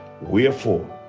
Wherefore